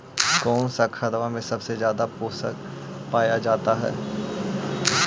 कौन सा खाद मे सबसे ज्यादा पोषण पाया जाता है?